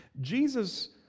Jesus